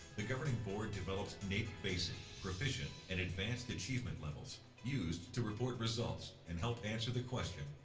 the governing board developed naep basic, proficient, and advanced achievement levels used to report results and help answer the question,